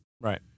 Right